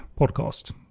podcast